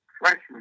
freshman